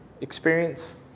experience